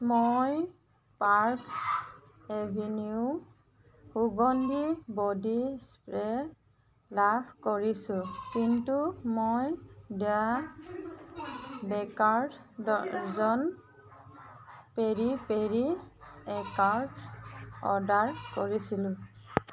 মই Park Avenue সুগন্ধি body spray love কৰিছোঁ কিন্তু মই the Baker's dozen peri peri cracker order কৰিছিলোঁ